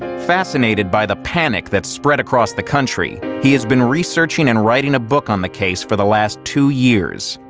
fascinated by the panic that spread across the country, he has been researching and writing a book on the case for the last two years.